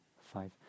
five